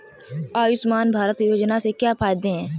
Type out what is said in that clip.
आयुष्मान भारत योजना के क्या फायदे हैं?